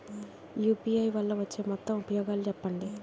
UPI వల్ల వచ్చే మొత్తం ఉపయోగాలు చెప్పండి?